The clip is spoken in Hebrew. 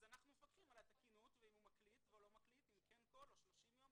אז אנחנו מפקחים על התקינות ואם הוא מקליט ואם יש קול ואם זה 30 יום.